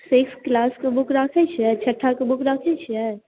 six क्लासके book राखै छियै छठाके बुक राखै छियै